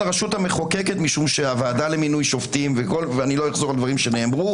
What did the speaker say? הרשות המחוקקת משום שהוועדה למינוי שופטים ולא אחזור על דברים שנאמרו